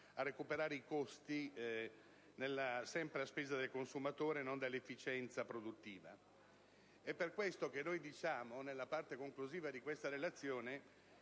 a recuperare i costi sempre a spese del consumatore e non dell'efficienza produttiva. Per questo, nella parte conclusiva della relazione